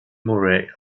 murray